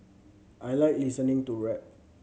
I like listening to rap